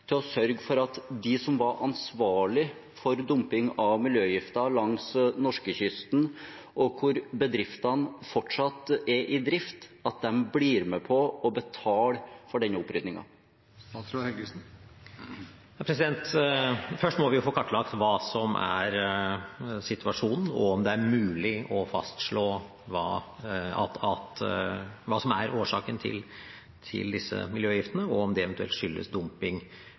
til å sørge for at de som var ansvarlige for dumping av miljøgifter langs norskekysten, og der bedriftene fortsatt er i drift, blir med på å betale for den oppryddingen? Først må vi få kartlagt hva som er situasjonen, og om det er mulig å fastslå hva som er årsaken til disse miljøgiftene, og om det eventuelt skyldes dumping